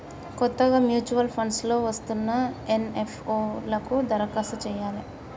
కొత్తగా mutual funds లో వస్తున్న ఎన్.ఎఫ్.ఓ లకు దరఖాస్తు చెయ్యాలే